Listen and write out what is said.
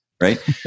right